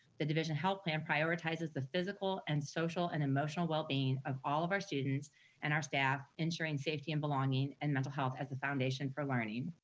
the division health plan prioritizes the physical, and social and emotional well being of all of our students and our staff, ensuring safety and belonging and mental health as the foundation for learning.